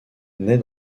naît